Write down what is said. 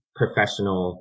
professional